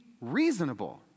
reasonable